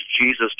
Jesus